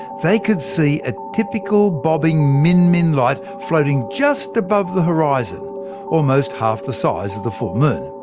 they could see a typical bobbing min min light floating just above the horizon almost half the size of the full moon.